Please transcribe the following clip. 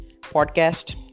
podcast